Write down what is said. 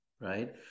right